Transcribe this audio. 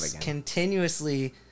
Continuously